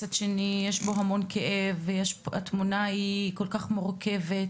ומהצד השני יש פה המון כאב והתמונה היא כל כך מורכבת.